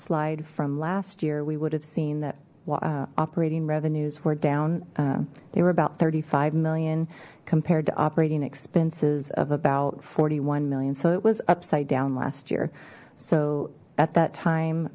slide from last year we would have seen that operating revenues were down they were about thirty five million compared to operating expenses of about forty one million so it was upside down last year so at that time